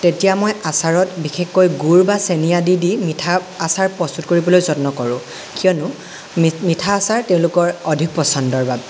তেতিয়া মই আচাৰত বিশেষকৈ গুৰ বা চেনী আদি দি মিঠা আচাৰ প্ৰস্তুত কৰিবলৈ যত্ন কৰোঁ কিয়নো মি মিঠা আচাৰ তেওঁলোকৰ অধিক পচন্দৰ বাবে